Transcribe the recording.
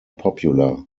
popular